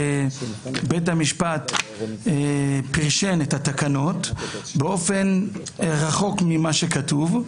שבית המשפט פירש את התקנות באופן רחוק ממה שכתוב,